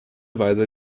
weise